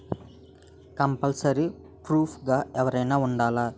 Compulsory proof గా ఎవరైనా ఉండాలా?